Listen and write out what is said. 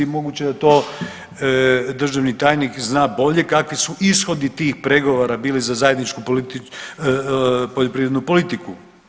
Moguće da to državni tajnik zna bolje kakvi su ishodi tih pregovora bili za zajedničku poljoprivrednu politiku.